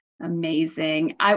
Amazing